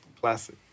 classic